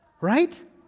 right